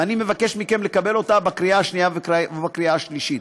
ואני מבקש מכם לקבל אותה בקריאה השנייה ובקריאה השלישית.